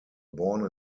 born